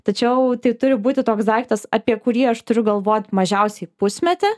tačiau tai turi būti toks daiktas apie kurį aš turiu galvot mažiausiai pusmetį